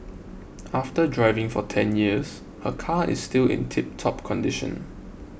after driving for ten years her car is still in tiptop condition